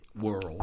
world